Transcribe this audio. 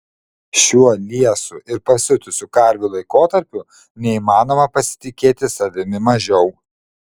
šiuo liesų ir pasiutusių karvių laikotarpiu neįmanoma pasitikėti savimi mažiau